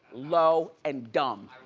low, and dumb.